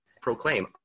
proclaim